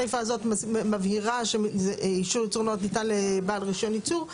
הסיפה הזאת מבהירה שאישור ייצור נאות ניתן לבעל רישיון ייצור.